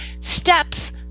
steps